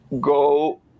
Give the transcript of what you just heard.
go